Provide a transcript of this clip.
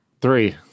Three